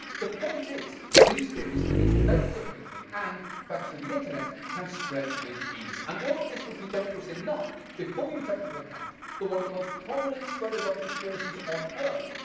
the point is these theories can be innately appealing and thanks to the internet, can spread with ease. and all of this would be dangerous enough, before you take into account that one of the most prominent spreaders of conspiracies on earth,